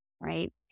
right